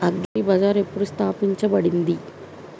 Agri bazaar ఎప్పుడు స్థాపించబడింది?